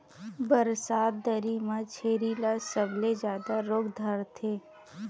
बरसात दरी म छेरी ल सबले जादा रोग धरथे